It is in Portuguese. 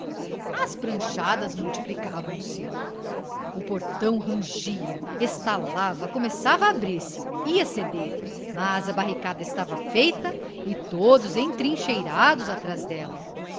as pranchadas multiplicavam se o portão rangia estalava começava a abrir-se ia ceder mas a barricada estava feita e todos entrincheirados atrás dela